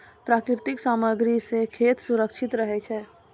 प्राकृतिक सामग्री सें खेत सुरक्षित रहै छै